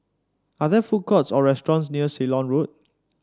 are there food courts or restaurants near Ceylon Road